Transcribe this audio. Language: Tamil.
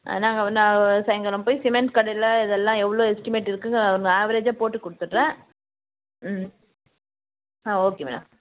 ஆ நாங்கள் நான் சாயங்காலம் போய் சிமெண்ட் கடையில் இதெல்லாம் எவ்வளோ எஸ்டிமேட் இருக்குதுன்னு ஒரு ஆவரேஜாக போட்டு கொடுத்துட்றேன் ம் ஆ ஓகே மேம்